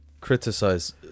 criticize